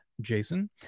Jason